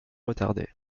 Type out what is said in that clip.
retardé